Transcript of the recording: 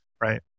right